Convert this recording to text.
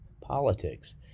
politics